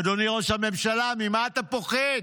אדוני ראש הממשלה, ממה אתה פוחד?